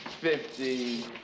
fifty